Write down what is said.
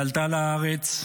היא עלתה לארץ,